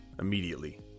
immediately